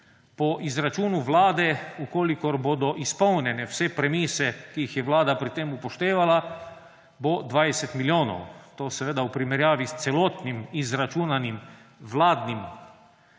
po izračunu Vlade, če bodo izpolnjene vse premise, ki jih je Vlada pri tem upoštevala, bo 20 milijonov. To seveda v primerjavi s celotnim izračunanim vladnim